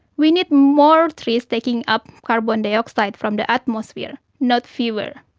we need more trees taking up carbon dioxide from the atmosphere, not fewer.